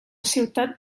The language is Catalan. ciutat